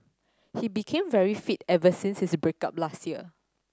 he became very fit ever since his break up last year